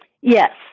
Yes